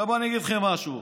עכשיו אני אגיד לכם משהו.